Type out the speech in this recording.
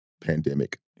pandemic